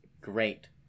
Great